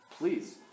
Please